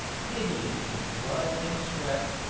hideous with blood and sweat,